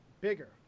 bigger